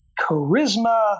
charisma